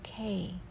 okay